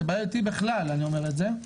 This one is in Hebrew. זה בעייתי בכלל אני אומר את זה.